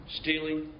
stealing